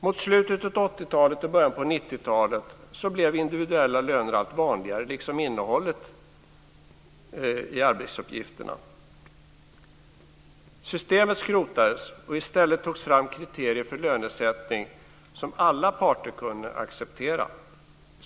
Mot slutet av 80-talet och i början på 90-talet blev individuella löner allt vanligare, och motsvarande gällde innehållet i arbetsuppgifterna. Systemet skrotades, och i stället tog man fram kriterier för lönesättning som alla parter kunde acceptera.